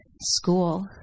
school